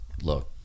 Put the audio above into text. look